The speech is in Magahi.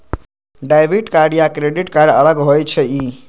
डेबिट कार्ड या क्रेडिट कार्ड अलग होईछ ई?